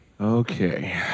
Okay